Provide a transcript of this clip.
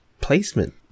placement